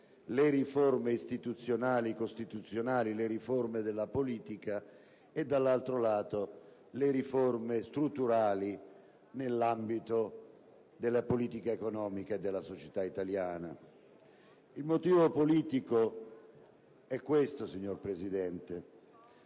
le riforme istituzionali-costituzionali, le riforme della politica e, dall'altro lato, le riforme strutturali nell'ambito della politica economica e della società italiana. Il motivo politico invece è il seguente, signor Presidente.